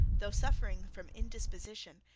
though suffering from indisposition,